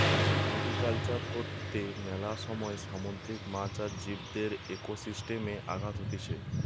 mariculture কর্তে মেলা সময় সামুদ্রিক মাছ আর জীবদের একোসিস্টেমে আঘাত হতিছে